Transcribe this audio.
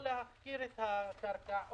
או להחכיר את הקרקע,